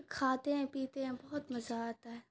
کھاتے ہیں پیتے ہیں بہت مزہ آتا ہے